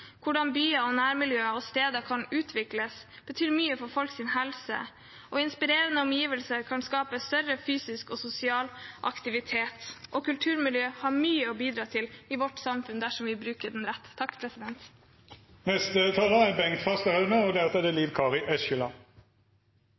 Hvordan byer, nærmiljøer og steder utvikles, betyr mye for folks helse, og inspirerende omgivelser kan skape større fysisk og sosial aktivitet. Kulturmiljøer har mye å bidra til i vårt samfunn dersom vi bruker dem rett. Noen tror kanskje at det var staten og Riksantikvaren som startet det norske kulturminnevernet, men sånn er det